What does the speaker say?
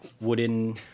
wooden